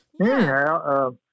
anyhow